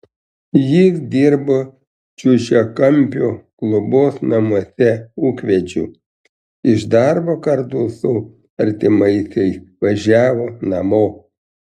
jis dirbo čiužiakampio globos namuose ūkvedžiu iš darbo kartu su artimaisiais važiavo namo